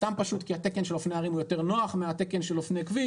סתם פשוט כי התקן של אופני הרים הוא יותר נוח מהתקן של אופני כביש,